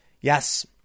Yes